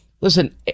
Listen